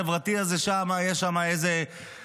ובתוך המשרד החברתי הזה יש שם איזה משרדון